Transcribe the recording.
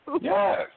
Yes